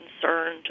concerned